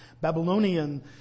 Babylonian